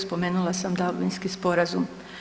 Spomenula sam Dablinski sporazum.